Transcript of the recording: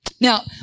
Now